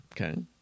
Okay